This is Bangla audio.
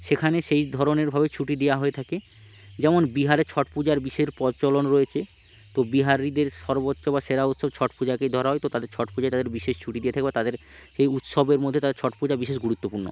সেখানে সেই ধরনের ভাবে ছুটি দেওয়া হয়ে থাকে যেমন বিহারে ছট পূজার বিশের প্রচলন রয়েছে তো বিহারিদের সর্বোচ্চ বা সেরা উৎসব ছট পূজাকেই ধরা হয় তো তাদের ছট পূজাতে তাদের বিশেষ ছুটি দিয়ে থাকে বা তাদের সেই উৎসবের মধ্যে তাদের ছট পূজা বিশেষ গুরুত্বপূর্ণ